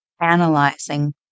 analyzing